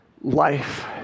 life